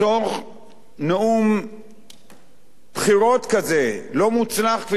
נאום בחירות כזה, לא מוצלח, כפי שהסברתי,